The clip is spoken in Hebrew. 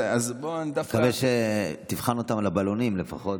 אני מקווה שתבחן אותם על בלונים לפחות.